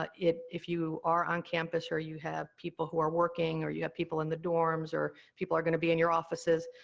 but if you are on campus or you have people who are working, or you have people in the dorms, or people are going to be in your offices,